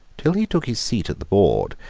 till he took his seat at the board,